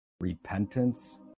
repentance